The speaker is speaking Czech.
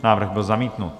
Návrh byl zamítnut.